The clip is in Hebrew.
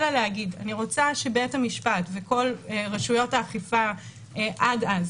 אלא להגיד שאני רוצה שבית המשפט וכל רשויות האכיפה עד אז